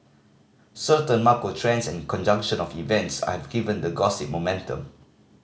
certain macro trends and a conjunction of events have given the gossip momentum